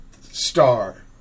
Star